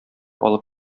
алып